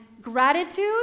gratitude